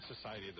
Society